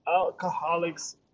Alcoholics